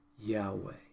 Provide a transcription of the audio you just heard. Yahweh